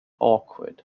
awkward